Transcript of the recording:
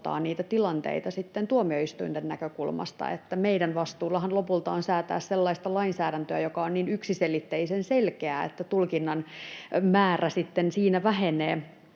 tilanteita sitten tuomioistuinten näkökulmasta — meidän vastuullammehan lopulta on säätää sellaista lainsäädäntöä, joka on niin yksiselitteisen selkeää, että tulkinnan määrä sitten